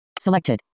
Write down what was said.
Selected